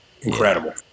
incredible